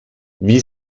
wie